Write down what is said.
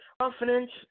confidence